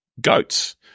goats